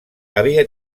havia